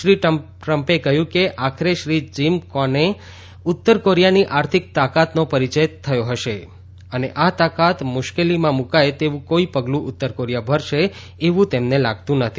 શ્રી ટ્રમ્પે કહ્યું કે આખરે શ્રી કિંમ જોંગને ઉત્તર કોરિયાની આર્થિક તાકાતનો પરિચય થયો હશે અને આ તાકાત મુશ્કેલીમાં મુકાય તેવું કોઇ પગલું ઉત્તર કોરિયા ભરશે એવું તેમને લાગતું નથી